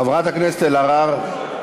חברת הכנסת אלהרר,